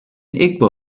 igbo